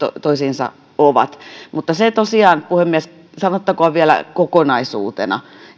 toisiinsa ovat mutta se tosiaan puhemies sanottakoon vielä kokonaisuutena